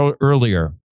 earlier